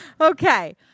Okay